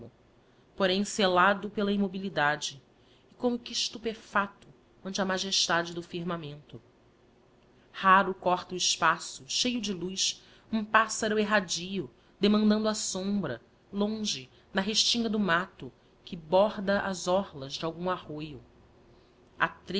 porém sellado pela immobilidade e como que estupefacto ante a magestade do firmamento raro corta o espaço cheio de luz um pássaro erradio demandando a sombra longe na restinga do mato que borda as orlas de algum arroio